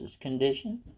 condition